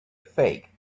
fake